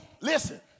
listen